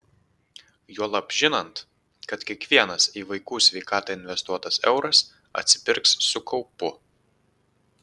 juolab žinant kad kiekvienas į vaikų sveikatą investuotas euras atsipirks su kaupu